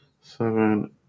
seven